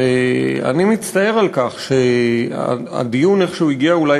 ואני מצטער על כך שהדיון איכשהו הגיע אולי